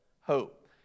hope